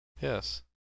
yes